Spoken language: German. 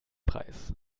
preis